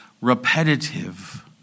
repetitive